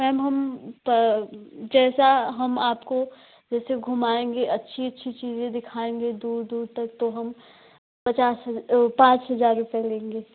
ma'am हम प जैसा हम आपको जैसे घुमाएँगे अच्छी अच्छी चीज़े दिखाएँगे दूर दूर तक तो हम पचास पाँच हज़ार रुपये लेंगे